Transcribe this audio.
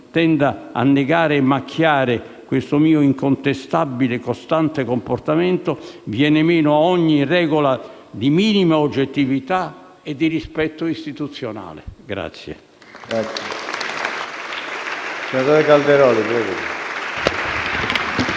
tenda a negare e a macchiare questo mio incontestabile e costante comportamento, viene meno a ogni regola di minima oggettività e di rispetto istituzionale.